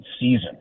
season